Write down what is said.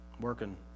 Working